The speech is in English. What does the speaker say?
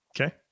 Okay